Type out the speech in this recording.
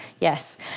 yes